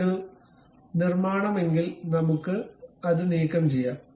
ഇത് ഒരു നിർമ്മാണമാണെങ്കിൽ നമ്മുക്ക് അത് നീക്കംചെയ്യാം